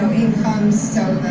income so